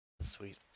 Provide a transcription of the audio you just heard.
Sweet